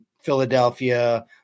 Philadelphia